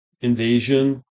invasion